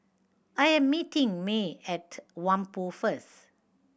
I am meeting Mae at Whampoa first